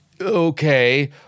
Okay